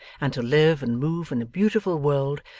and to live and move in a beautiful world,